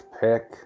pick